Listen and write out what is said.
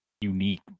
unique